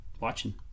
watching